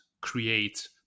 create